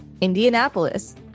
Indianapolis